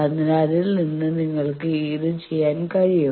അതിനാൽ അതിൽ നിന്ന് നിങ്ങൾക്ക് ഇത് ചെയ്യാൻ കഴിയും